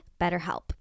BetterHelp